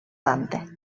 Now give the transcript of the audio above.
dante